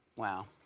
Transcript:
wow.